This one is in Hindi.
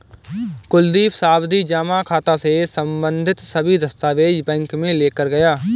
कुलदीप सावधि जमा खाता से संबंधित सभी दस्तावेज बैंक में लेकर गया